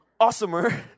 awesomer